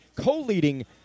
co-leading